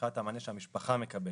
מבחינת המענה שהמשפחה מקבלת.